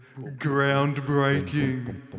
groundbreaking